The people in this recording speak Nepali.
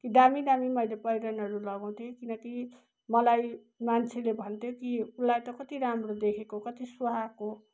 ती दामी दामी मैले पहिरनहरू लगाउँथे किनकि मलाई मान्छेले भन्थे त्यो उसलाई त कति राम्रो देखेको कति राम्रो सुहाएको